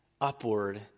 upward